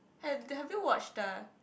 have you watched the